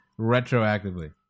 retroactively